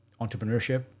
entrepreneurship